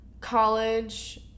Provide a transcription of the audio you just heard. college